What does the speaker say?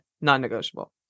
non-negotiable